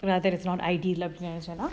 rather it's not ideal அப்டின்னு சொன்னா:apdinnu sonna